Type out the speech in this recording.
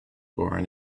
born